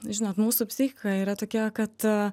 žinot mūsų psichika yra tokia kad